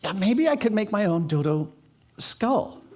and maybe i could make my own dodo skull.